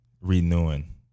renewing